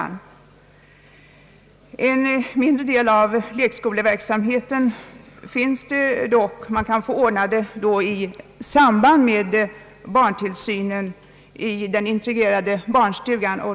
Till en mindre del av lekskoleverksamheten kan man dock få bidrag genom att den ordnas i samband med barntillsyn i den integrerade barnstugan.